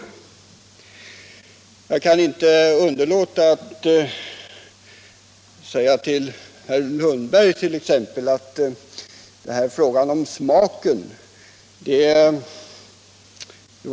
I det sammanhanget kan jag inte underlåta att ta upp det som herr Lundgren berörde, nämligen frågan om smaken på ölet.